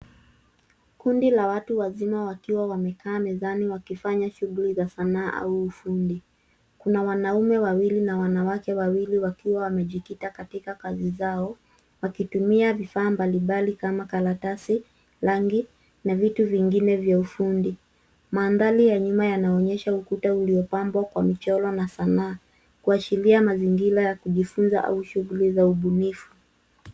Kundi la watu wazima wakiwa wamekaa mezani wakifanya shughuli za sanaa au ufundi. Kuna wanaume wawili na wanawake wawili wakiwa wamejikita katika kazi zao wakitumia vifaa mbalimbali kama karatasi, rangi na vitu vingine vya ufundi. Mandhari ya nyuma yanaonyesha ukuta uliopambwa kwa michoro na sanaa kuashiria mazingira ya kujifunza au shughuli za ubunifu.